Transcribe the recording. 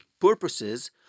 purposes